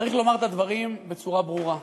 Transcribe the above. צריך לומר את הדברים בצורה ברורה: